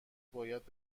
باید